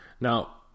Now